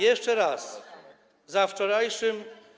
Jeszcze raz, za wczorajszym.